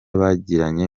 bagiranye